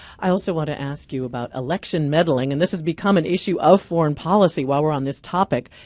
i also want to ask you about election meddling, and this has become an issue of foreign policy while we're on this topic.